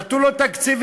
נתנו לו תקציבים.